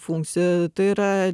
funkcija tai yra